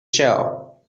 shell